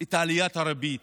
את עליית הריבית.